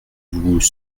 vous